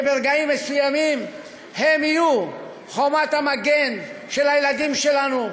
שברגעים מסוימים הם יהיו חומת המגן של הילדים שלנו,